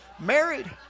Married